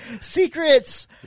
Secrets